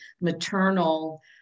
maternal